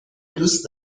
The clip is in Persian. دوست